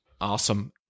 Awesome